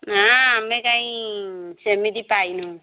ନା ଆମେ କାଇଁ ସେମିତି ପାଇନୁ